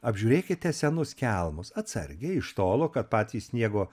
apžiūrėkite senus kelmus atsargiai iš tolo kad patys sniego